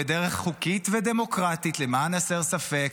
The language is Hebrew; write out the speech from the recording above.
בדרך חוקית ודמוקרטית למען הסר ספק,